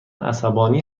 عصبانی